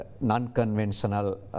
non-conventional